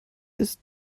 ist